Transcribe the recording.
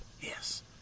Yes